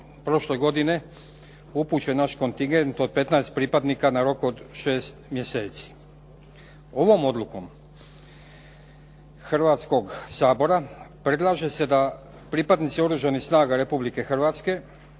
prošle godine upućen naš kontingent od 15 pripadnika na rok od 6 mjeseci. Ovom odlukom Hrvatskog sabora predlaže se da pripadnici Oružanih snaga Republike Hrvatske